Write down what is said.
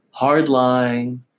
hardline